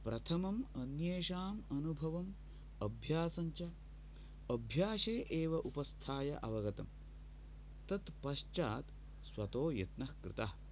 प्रथमम् अन्येषाम् अनुभवम् अभ्यासं च अभ्यासे एव उपस्थाय अवगतम् तत् पश्चात् स्वतो यत्नः कृतः